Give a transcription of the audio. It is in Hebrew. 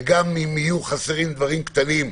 וגם אם יהיו חסרים דברים קטנים,